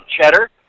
cheddar